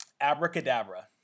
Abracadabra